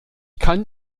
kann